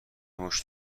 موش